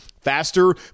faster